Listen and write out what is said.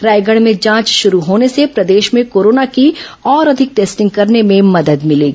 रायगढ में जांच शरू होने से प्रदेश में कोरोना की और अधिक टेस्टिंग करने में मदद मिलेगी